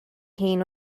hun